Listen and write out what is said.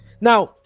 Now